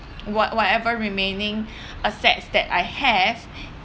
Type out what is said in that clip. what whatever remaining assets that I have